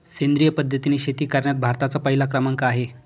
सेंद्रिय पद्धतीने शेती करण्यात भारताचा पहिला क्रमांक आहे